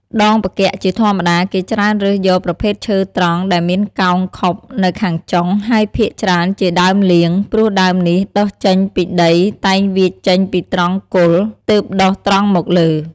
ដងផ្គាក់ជាធម្មតា គេច្រើនរើសយកប្រភេទឈើត្រង់ដែលមានកោងខុបនៅខាងចុង ហើយភាគច្រើនជាដើមលៀង ព្រោះដើមនេះដុះចេញពីដីតែងវៀចចេញពីត្រង់គល់ ទើបដុះត្រង់មកលើ ។